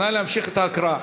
נא להמשיך את ההקראה.